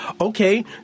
okay